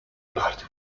party